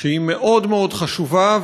שהיא מאוד מאוד חשובה,